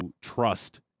trust